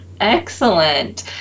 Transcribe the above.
excellent